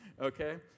okay